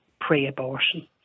pre-abortion